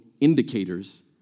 indicators